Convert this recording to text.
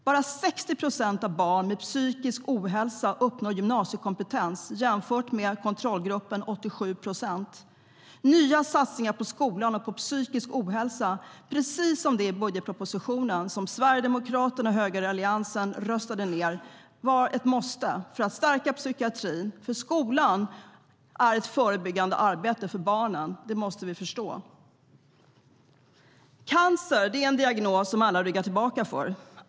Bara 60 procent av barn med psykisk ohälsa uppnår gymnasiekompetens jämfört med kontrollgruppens 87 procent. Nya satsningar på skolan och på psykisk ohälsa, precis som i den budgetproposition som Sverigedemokraterna och högeralliansen röstade ned, är ett måste för att stärka psykiatrin och skolan. Att skolan bedriver ett förebyggande arbete för barnen måste vi förstå. Cancer är en diagnos som alla ryggar tillbaka för.